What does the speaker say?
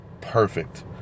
perfect